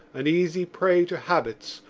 an easy prey to habits,